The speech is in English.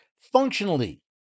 functionally